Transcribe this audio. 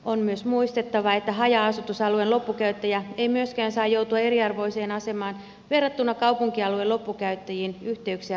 on myös muistettava että haja asutusalueen loppukäyttäjä ei myöskään saa joutua eriarvoiseen asemaan verrattuna kaupunkialueen loppukäyttäjiin yhteyksiä rakennettaessa